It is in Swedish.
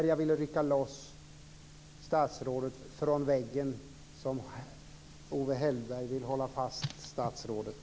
Jag ville rycka loss statsrådet från väggen, där Owe Hellberg vill hålla fast statsrådet.